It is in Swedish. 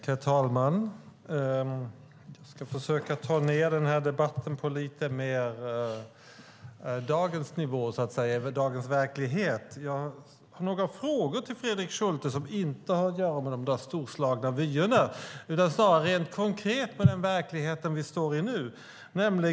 Herr talman! Jag ska försöka ta ned debatten till dagens nivå, till dagens verklighet. Jag har några frågor till Fredrik Schulte som inte har att göra med de storslagna vyerna utan handlar snarare om den konkreta verklighet vi befinner oss i.